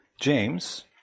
James